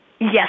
Yes